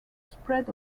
spread